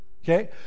Okay